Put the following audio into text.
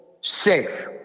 Safe